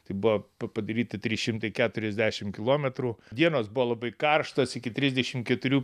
tai buvo pa padaryti trys šimtai keturiasdešim kilometrų dienos buvo labai karštos iki trisdešim keturių